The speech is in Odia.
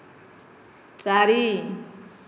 ଚାରି